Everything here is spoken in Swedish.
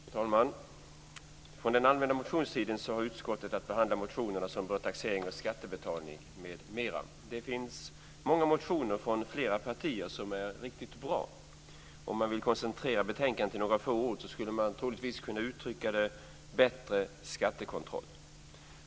Fru talman! Från den allmänna motionstiden har utskottet att behandla motionerna som berör taxering och skattebetalning m.m. Det finns många motioner från flera partier som är riktigt bra. Om man vill koncentrera betänkandet till några få ord skulle man troligtvis kunna uttrycka det: bättre skattekontroll.